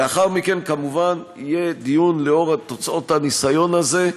לאחר מכן יהיה דיון לאור תוצאות הניסיון הזה,